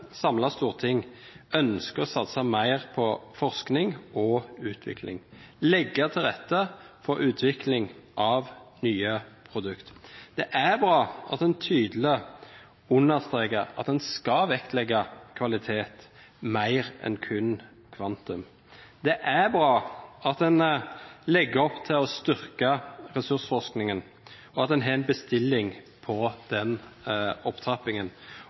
storting ønsker å satse mer på forskning og utvikling og legge til rette for utvikling av nye produkter. Det er bra at en tydelig understreker at en skal vektlegge kvalitet mer enn kun kvantitet. Det er bra at en legger opp til å styrke ressursforskningen, og at en har en bestilling på den opptrappingen.